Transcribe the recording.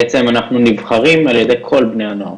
בעצם אנחנו נבחרים על ידי כל בני הנוער,